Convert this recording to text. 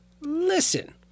listen